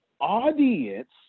audience